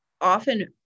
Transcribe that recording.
often